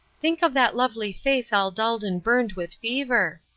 think of that lovely face all dulled and burned with fever.